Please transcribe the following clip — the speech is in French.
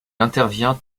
intervient